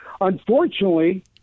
Unfortunately